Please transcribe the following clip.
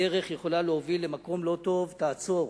הדרך יכולה להוביל למקום לא טוב, תעצור.